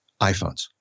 iPhones